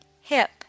hip